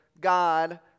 God